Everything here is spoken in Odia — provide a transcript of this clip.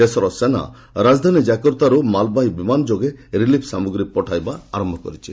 ଦେଶର ସେନା ରାଜଧାନୀ ଜାକର୍ତ୍ତାରୁ ମାଲ୍ବାହୀ ବିମାନ ଯୋଗେ ରିଲିଫ୍ ସମାଗ୍ରୀ ପଠାଇବା ଆରମ୍ଭ କରିଛି